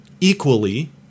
equally